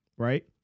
right